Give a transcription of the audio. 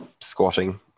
squatting